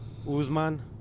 Usman